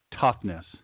toughness